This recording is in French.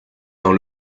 dans